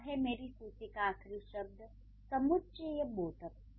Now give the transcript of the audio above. और अब है मेरी सूची का आखिरी शब्द समुच्चयबोधक